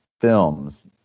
films